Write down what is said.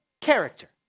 character